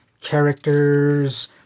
characters